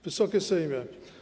Wysoki Sejmie!